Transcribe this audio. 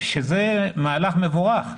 שזה מהלך מבורך.